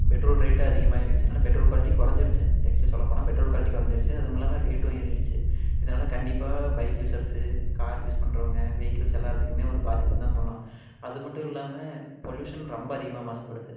petrol rate அதிகமாயிருச்சு அதனால petrol quality குறஞ்சிருச்சு ஆக்சுவலி சொல்லப்போனால் பெட்ரோல் குவாலிட்டி குறஞ்சிருச்சு அதுவும் இல்லாமல் ரேட்டும் ஏறிடுச்சு இதனால் கண்டிப்பாக பைக் யூஸர்ஸ்ஸு கார் யூஸ் பண்ணுறவங்க வெஹிக்கிள்ஸ் எல்லாத்துக்குமே ஒரு பாதிப்புன்னு தான் சொல்லணும் அது மட்டும் இல்லாமல் பொல்யூஷன் ரொம்ப அதிகமாக மாசுபடுது